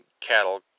cattle